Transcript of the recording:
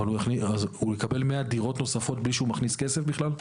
אז הוא יקבל 100 דירות נוספות בלי שהוא מכניס כסף בכלל?